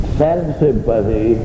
self-sympathy